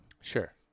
Sure